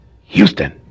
Houston